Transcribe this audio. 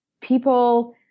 people